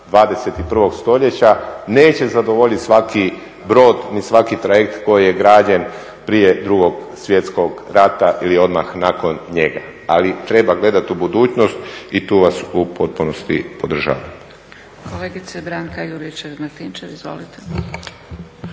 21. stoljeća neće zadovoljiti svaki brod ni svaki trajekt koji je građen prije Drugog svjetskog rata ili odmah nakon njega ali treba gledati u budućnost i tu vas u potpunosti podržavam.